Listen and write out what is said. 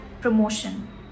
promotion